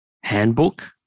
handbook